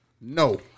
No